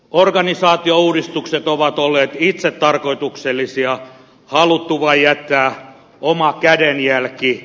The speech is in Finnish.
organisaatiouudistukset ovat olleet itsetarkoituksellisia on haluttu vaan jättää oma kädenjälki